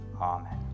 Amen